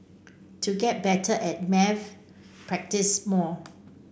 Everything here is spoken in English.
to get better at maths practise more